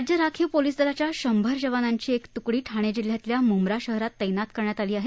राज्य राखीव पोलिस दलाच्या शंभर जवानांची एक तुकडी ठाणे जिल्ह्यातल्या मुंब्रा शहरात तैनात करण्यात आली आहे